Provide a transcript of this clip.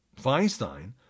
Feinstein